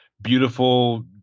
beautiful